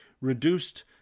reduced